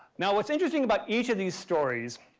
now what's interesting about each of these stories,